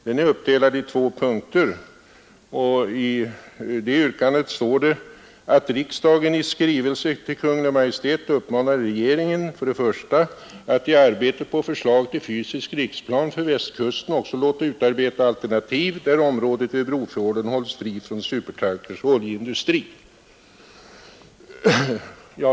Det är uppdelat i två punkter, av vilka den första är ”att riksdagen i skrivelse till Kungl. Maj:t uppmanar regeringen att i arbetet på förslag till fysisk riksplan för Västkusten också låta utarbeta alternativ, där området vid Brofjorden hålls fritt från supertankers och oljeindustri”.